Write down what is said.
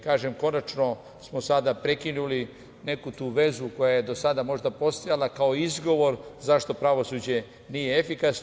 Kažem, konačno smo sada prekinuli neku tu vezu koja je do sada možda postojala kao izgovor zašto pravosuđe nije efikasno.